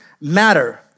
matter